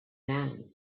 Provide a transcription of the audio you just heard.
man